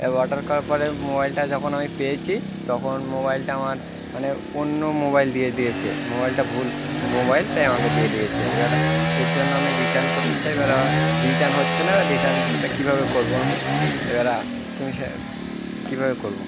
এ order করার পরে মোবাইলটা যখন আমি পেয়েছি তখন মোবাইলটা আমার মানে অন্য মোবাইল দিয়ে দিয়েছে মোবাইলটা ভুল মোবাইল তাই আমাকে দিয়ে দিয়েছে এবার এর জন্য আমি রিটার্ন করতে চাই এবার রিটার্ন হচ্ছে না রিটার্নটা কীভাবে করবো আমি এবার তুমি সে কীভাবে করবো